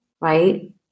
Right